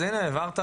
אדוני,